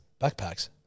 Backpacks